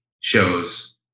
shows